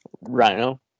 Rhino